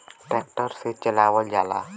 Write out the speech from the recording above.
tractor से चलावल जाला